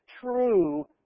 True